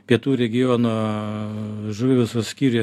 pietų regiono žuvivaisos skyriuje